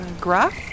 Gruff